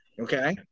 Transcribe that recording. Okay